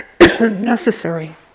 necessary